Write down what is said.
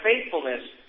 faithfulness